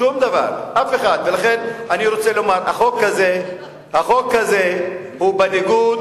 לכן החוק הזה הוא בניגוד